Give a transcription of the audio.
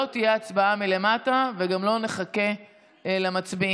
לא תהיה הצבעה מלמטה, וגם לא נחכה למצביעים.